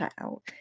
out